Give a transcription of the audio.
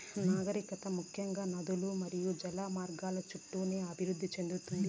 నాగరికత ముఖ్యంగా నదులు మరియు జల మార్గాల చుట్టూనే అభివృద్ది చెందింది